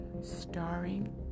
starring